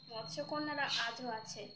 মৎস্যকন্যারা আজও আছে